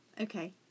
Okay